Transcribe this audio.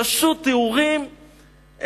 פשוט תיאורים,